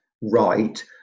right